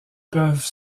peuvent